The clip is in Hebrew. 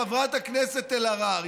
חברת הכנסת אלהרר,